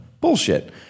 Bullshit